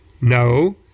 no